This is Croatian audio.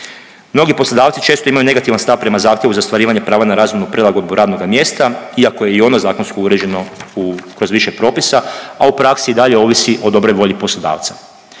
Mnogi poslodavci često imaju negativan stav prema zahtjevu za ostvarivanje prava na razumnu prilagodbu radnoga mjesta, iako je i ono zakonsko uređeno u kroz više propisa, a u praksi i dalje ovisi o dobroj volji poslodavca.